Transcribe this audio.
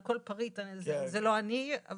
על כל פריט זה לא אני.